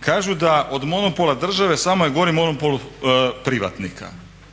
Kažu da od monopola države samo je gori monopol privatnika.